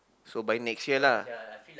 so but you next year lah